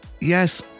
yes